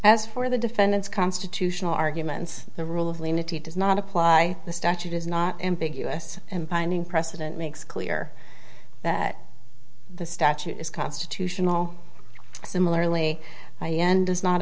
as for the defendant's constitutional arguments the rule of limited does not apply the statute is not ambiguous and binding precedent makes clear that the statute is constitutional similarly high end